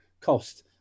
cost